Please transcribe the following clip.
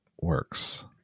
works